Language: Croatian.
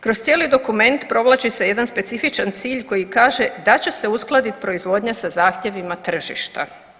Kroz cijeli dokument provlači se jedan specifičan cilj koji kaže da će se uskladiti proizvodnja sa zahtjevima tržišta.